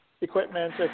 equipment